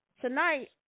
tonight